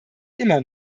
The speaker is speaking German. immer